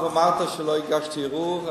אמרת שלא הגשתי ערעור.